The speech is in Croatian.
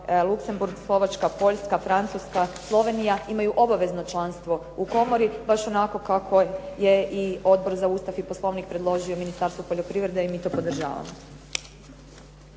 Luxembourg, Slovačka, Poljska, Francuska, Slovenija imaju obavezno članstvo u komori baš onako kako je i Odbor za Ustav i Poslovnik predložio Ministarstvu poljoprivrede i mi to podržavamo.